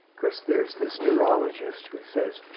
course, there's this neurologist who says,